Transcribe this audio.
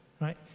Right